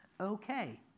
okay